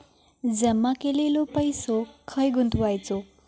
जमा केलेलो पैसो खय गुंतवायचो?